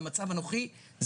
במצב הנוכחי,